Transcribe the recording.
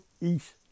East